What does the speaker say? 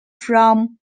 from